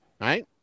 right